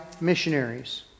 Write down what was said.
missionaries